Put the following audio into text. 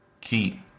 keep